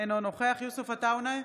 אינו נוכח יוסף עטאונה,